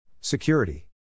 Security